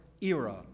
era